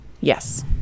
Yes